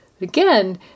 Again